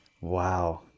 wow